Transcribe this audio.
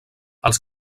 els